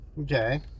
okay